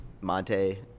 monte